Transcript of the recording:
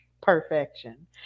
perfection